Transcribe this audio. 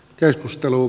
keskustelu